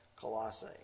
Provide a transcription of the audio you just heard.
Colossae